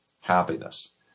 happiness